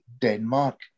Denmark